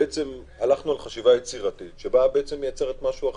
הלכנו על חשיבה יצירתית שמייצרת משהו אחר.